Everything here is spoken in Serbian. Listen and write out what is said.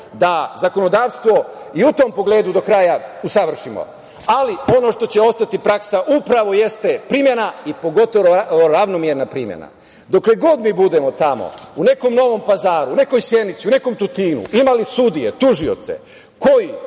da zakonodavstvo i u tom pogledu do kraja usavršimo. Ali, ono što će ostati praksa upravo jeste primena i pogotovo ravnomerna primena. Dokle god mi budemo tamo u nekom Novom Pazaru, u nekoj Sjenici, u nekom Tutinu, imali sudije, tužioce koji